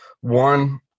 one